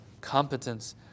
competence